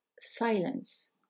silence